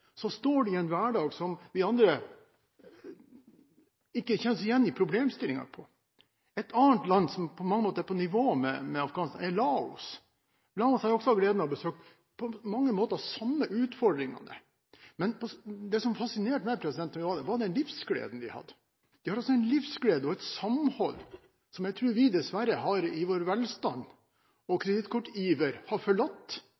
som vi andre ikke kjenner oss igjen i. Et annet land, som på mange måter er på nivå med Afghanistan, er Laos, et land jeg også har hatt gleden av å besøke. Laos har på mange måter de samme utfordringene, men det som fascinerte meg da vi var der, var den livsgleden de hadde. De har en livsglede og et samhold som jeg tror dessverre vi – i vår velstand og